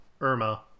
irma